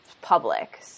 public